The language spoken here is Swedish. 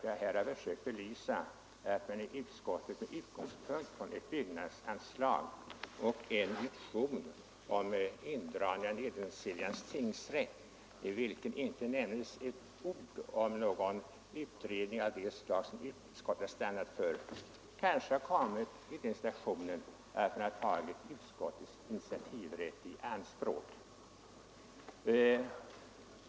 Jag har försökt bevisa att utskottet med utgångspunkt i ett byggnadsanslag och i en motion om indragning av Nedansiljans tingsrätt, vari inte nämns ett ord om någon utredning av det slag som utskottet stannat för, har hamnat i den situationen att utskottets initiativrätt har tagits i anspråk.